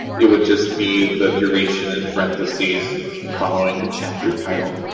it would just be the duration in parentheses following the chapter title.